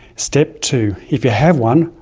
step two, if you have one,